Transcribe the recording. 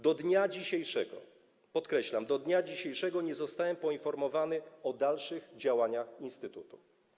Do dnia dzisiejszego, podkreślam, do dnia dzisiejszego nie zostałem poinformowany o dalszych działaniach instytutu.